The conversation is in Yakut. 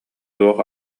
туох